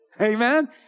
Amen